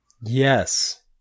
yes